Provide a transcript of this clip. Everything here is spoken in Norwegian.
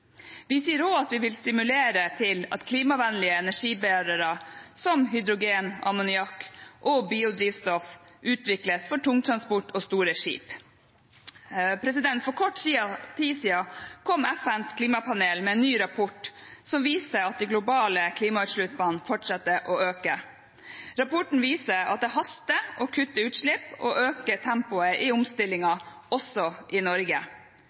Vi sier også at vi vil stimulere til at klimavennlige energibærere som hydrogen, ammoniakk og biodrivstoff utvikles for tungtransport og store skip. For kort siden tid siden kom FNs klimapanel med en ny rapport som viser at de globale klimautslippene fortsetter å øke. Rapporten viser at det haster med å kutte utslipp og øke tempoet i omstillingen også i Norge.